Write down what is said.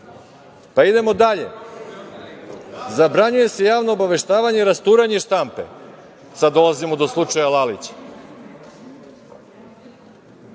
Idemo dalje, zabranjuje se javno obaveštavanje, rasturanje štampe. Sad dolazimo do slučaja Lalića,